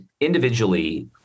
individually